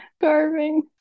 carving